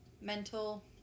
mental